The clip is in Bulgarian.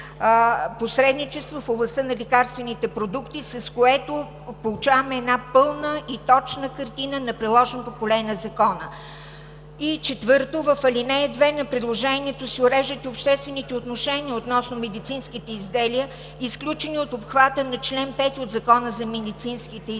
посредничество в областта на лекарствените продукти, с което получаваме една пълна и точна картина на приложното поле на Закона. И четвърто, в ал. 2 на предложението се уреждат и обществените отношения относно медицинските изделия, изключени от обхвата на чл. 5 от Закона за медицинските изделия.